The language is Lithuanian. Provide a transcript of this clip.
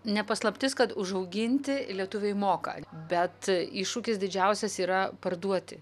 ne paslaptis kad užauginti lietuviai moka bet iššūkis didžiausias yra parduoti